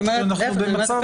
אני אומרת להיפך,